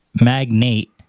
magnate